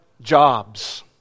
jobs